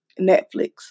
Netflix